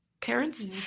parents